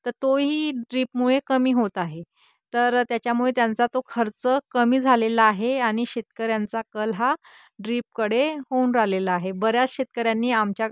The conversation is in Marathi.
तर तोही ड्रीपमुळे कमी होत आहे तर त्याच्यामुळे त्यांचा तो खर्च कमी झालेला आहे आणि शेतकऱ्यांचा कल हा ड्रीपकडे होऊन राहिलेला आहे बऱ्याच शेतकऱ्यांनी आमच्या